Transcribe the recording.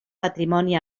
patrimoni